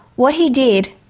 what he did,